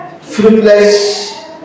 fruitless